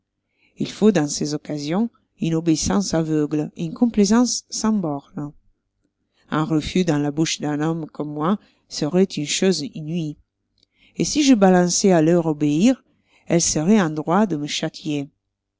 il faut dans ces occasions une obéissance aveugle et une complaisance sans bornes un refus dans la bouche d'un homme comme moi seroit une chose inouïe et si je balançois à leur obéir elles seroient en droit de me